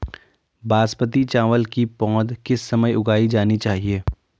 बासमती चावल की पौध किस समय उगाई जानी चाहिये?